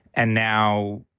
and now,